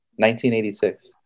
1986